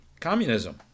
Communism